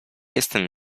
jestem